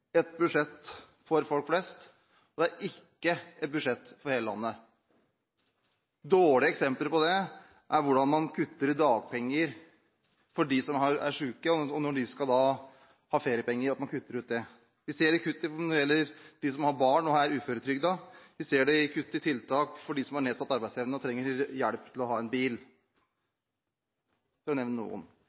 et budsjett for folk flest, og det er ikke et budsjett for hele landet. Dårlige eksempler er hvordan man kutter i dagpenger for dem som er syke, og når de skal ha feriepenger, kutter man ut det. Vi ser det i kutt når det gjelder dem som har barn og er uføretrygdet, vi ser det i kutt i tiltak for dem som har nedsatt arbeidsevne og trenger hjelp til å ha en bil, for å nevne noe.